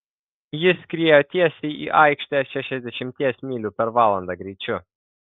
ji skriejo tiesiai į aikštę šešiasdešimties mylių per valandą greičiu